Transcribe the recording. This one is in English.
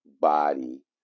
body